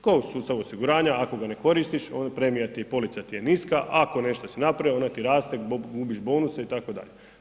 Tko u sustavu osiguranja, ako ga ne koristiš, onda premija ti je, polica ti je niska, ako nešto si napravio, ona ti raste, gubiš bonuse, itd.